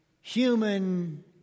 human